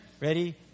Ready